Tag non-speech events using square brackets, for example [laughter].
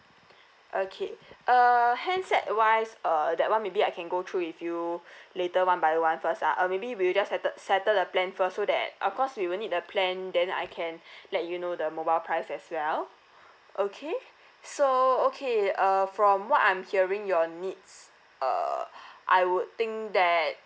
okay [breath] uh handset wise err that one maybe I can go through with you [breath] later one by one first ah uh maybe we'll just settle settle the plan first so that of course we will need a plan then I can [breath] let you know the mobile price as well okay [breath] so okay uh from what I'm hearing your needs uh [breath] I would think that